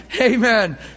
Amen